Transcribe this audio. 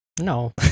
No